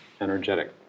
energetic